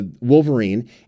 Wolverine